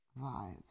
vibes